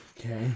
Okay